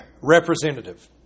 representative